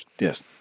yes